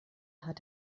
hat